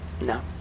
No